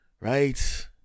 right